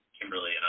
Kimberly